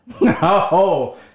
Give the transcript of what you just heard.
No